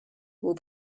will